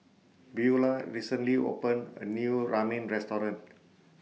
Buelah recently opened A New Ramen Restaurant